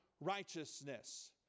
righteousness